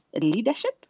leadership